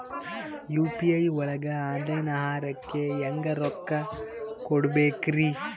UPI ಒಳಗ online ಆಹಾರಕ್ಕೆ ಹೆಂಗ್ ರೊಕ್ಕ ಕೊಡಬೇಕ್ರಿ?